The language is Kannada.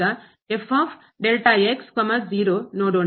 ಈಗ ನೋಡೋಣ